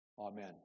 Amen